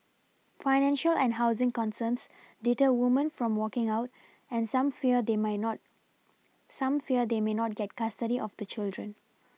financial and housing concerns deter woman from walking out and some fear they may not some fear they may not get custody of the children